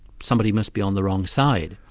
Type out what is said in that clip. somebody must be on the wrong side,